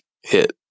hit